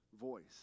voice